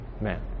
man